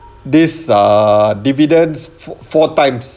this err dividends four four times